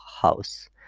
house